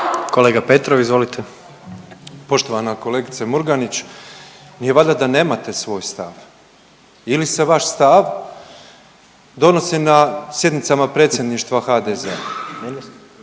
**Petrov, Božo (MOST)** Poštovana kolegice Murganić, nije valjda da nemate svoj stav ili se vaš stav donosi na sjednicama predsjedništva HDZ-a?